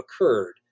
occurred